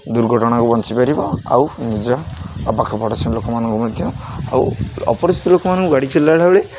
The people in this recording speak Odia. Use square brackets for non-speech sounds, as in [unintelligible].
ଦୁର୍ଘଟଣାରୁ ବଞ୍ଚିପାରିବ ଆଉ ନିଜ ଆଉ ପାଖ ପଡ଼ୋଶୀ ଲୋକମାନଙ୍କୁ ମଧ୍ୟ ଆଉ [unintelligible] ଲୋକମାନଙ୍କୁ ଗାଡ଼ି ଚଲେଇଲା ବେଳେ